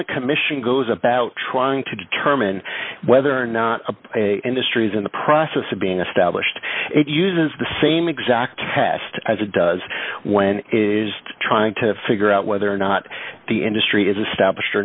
the commission goes about trying to determine whether or not a industry's in the process of being established it uses the same exact test as it does when it is trying to figure out whether or not the industry is established or